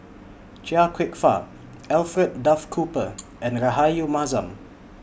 Chia Kwek Fah Alfred Duff Cooper and Rahayu Mahzam